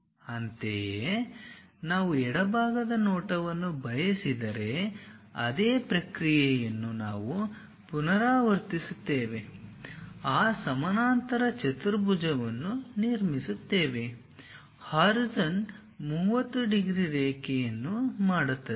ಅಂತೆಯೇ ನಾವು ಎಡಭಾಗದ ನೋಟವನ್ನು ಬಯಸಿದರೆ ಅದೇ ಪ್ರಕ್ರಿಯೆಯನ್ನು ನಾವು ಪುನರಾವರ್ತಿಸುತ್ತೇವೆ ಆ ಸಮಾನಾಂತರ ಚತುರ್ಭುಜವನ್ನು ನಿರ್ಮಿಸುತ್ತೇವೆ ಹಾರಿಜಾನ್ 30 ಡಿಗ್ರಿ ರೇಖೆಯನ್ನು ಮಾಡುತ್ತದೆ